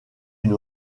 une